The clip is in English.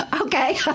Okay